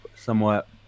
somewhat